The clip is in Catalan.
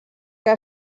què